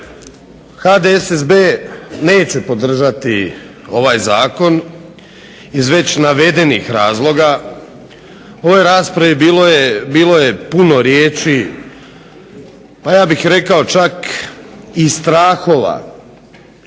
HDSSB neće podržati ovaj zakon iz već navedenih razloga. U ovoj raspravi bilo je puno riječi, pa ja bih rekao čak i strahova.